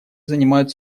занимают